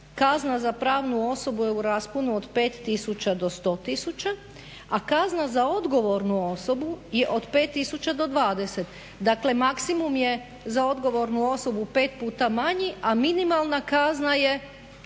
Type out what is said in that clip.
kazna za pravnu osobu je u rasponu od 5000 do 100 000, a kazna za odgovornu osobu je od 5000 do 20 000, dakle maksimum je za odgovornu osobu 5 puta manji, a minimalna kazna je